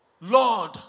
Lord